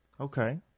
Okay